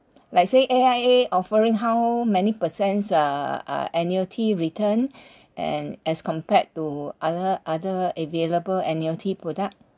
like say A_I_A offering how many percents uh uh annuity return and as compared to other other available annuity product